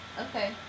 Okay